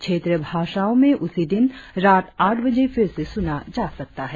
क्षेत्रीय भाषाओं में उसी दिन रात आठ बजे फिर से सुना जा सकता है